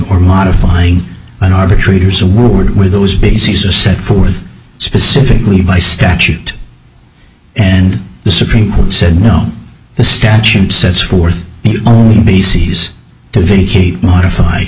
or modify an arbitrator's award where those bases are set forth specifically by statute and the supreme court said no the statute sets forth only bases to vacate modify